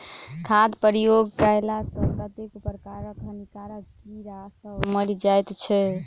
खादक प्रयोग कएला सॅ कतेको प्रकारक हानिकारक कीड़ी सभ मरि जाइत छै